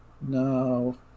no